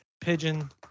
pigeon